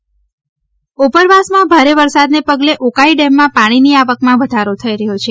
Ukai dam ઉપરવાસમાં ભારે વરસાદના પગલે ઉકાઈ ડેમમાં પાણીની આવકમાં વધારો થઈ રહ્યો છે